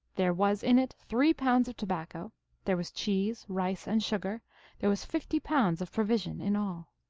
there was in it three pounds of tobacco there was cheese, rice, and sugar there was fifty pounds of provision in all.